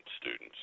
students